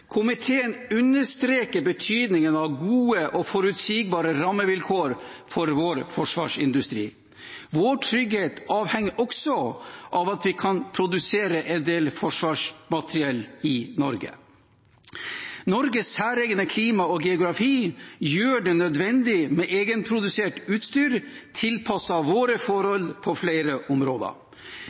Komiteen understreker betydningen av gode og forutsigbare rammevilkår for vår forsvarsindustri. Vår trygghet avhenger også av at vi kan produsere en del forsvarsmateriell i Norge. Norges særegne klima og geografi gjør det nødvendig med egenprodusert utstyr tilpasset våre forhold på flere områder.